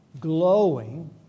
glowing